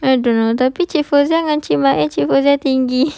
I don't know tapi cik fauziah dengan cik mai cik fauziah tinggi